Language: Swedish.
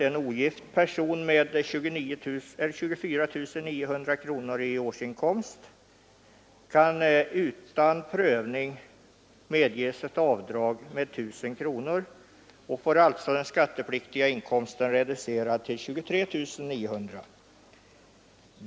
En ogift person med 24 900 kronor i årsinkomst kan utan prövning medges ett avdrag med 1 000 kronor och får alltså den skattepliktiga inkomsten reducerad till 23 900 kronor.